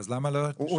--- יש